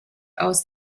aus